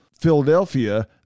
Philadelphia